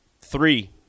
three